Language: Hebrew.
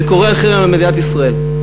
שקורא לחרם על מדינת ישראל.